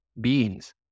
beings